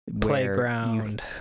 Playground